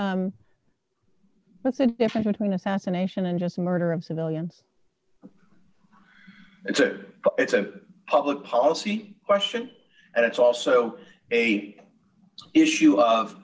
that's the difference between assassination and just murder of civilians it's it it's a public policy question and it's also a issue of